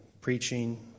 preaching